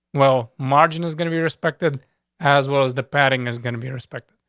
well, margin is gonna be respected as well as the padding is going to be respected.